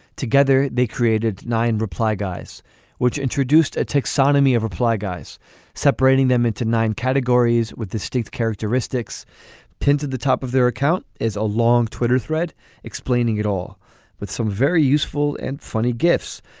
together they created nine reply guys which introduced a taxonomy of reply guys separating them into nine categories with distinct characteristics pinned to the top of their account is a long twitter thread explaining it all with some very useful and funny gifts.